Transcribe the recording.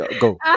go